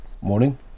morning